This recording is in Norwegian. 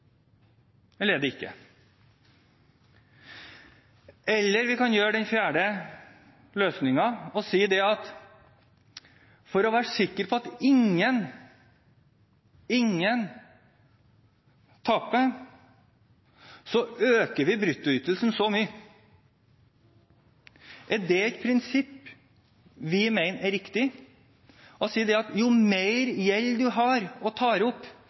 eller er det ikke? Eller vi kan ta den fjerde løsningen og si at for å være sikker på at ingen taper, så øker vi bruttoytelsen så mye. Er det et prinsipp vi mener er riktig – det å si at jo mer gjeld man har og tar opp,